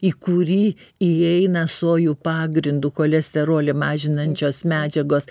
į kurį įeina sojų pagrindu cholesterolį mažinančios medžiagos